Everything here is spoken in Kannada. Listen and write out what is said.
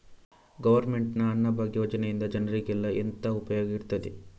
ಗವರ್ನಮೆಂಟ್ ನ ಅನ್ನಭಾಗ್ಯ ಯೋಜನೆಯಿಂದ ಜನರಿಗೆಲ್ಲ ಎಂತ ಉಪಯೋಗ ಇರ್ತದೆ?